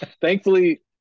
Thankfully